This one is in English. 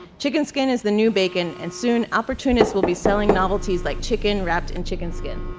chicken skin is the new bacon and soon opportunists will be selling novelties like chicken wrapped in chicken skin.